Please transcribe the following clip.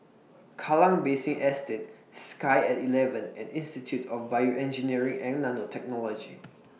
Kallang Basin Estate Sky At eleven and Institute of Bioengineering and Nanotechnology